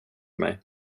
mig